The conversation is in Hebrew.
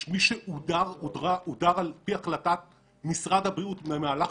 מי שהודר על-פי החלטת ממשרד הבריאות במהלך